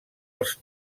els